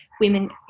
women